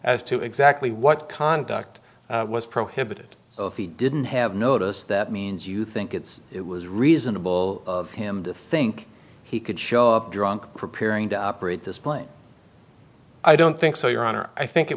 as to exactly what conduct was prohibited so if he didn't have notice that means you think it's it was reasonable of him to think he could show up drunk preparing to operate this plane i don't think so your honor i think it